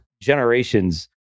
generations